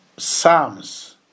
Psalms